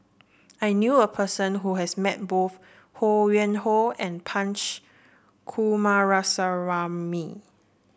I knew a person who has met both Ho Yuen Hoe and Punch Coomaraswamy